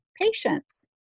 patience